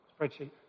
spreadsheet